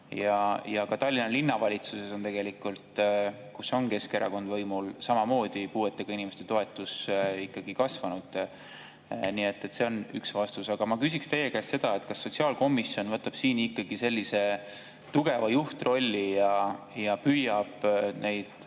Ja ka Tallinna Linnavalitsuses, kus on Keskerakond olnud võimul, on samamoodi puuetega inimeste toetus ikkagi kasvanud. See on üks vastus. Aga ma küsiksin teie käest seda. Kas sotsiaalkomisjon võtab siin ikkagi sellise tugeva juhtrolli ja püüab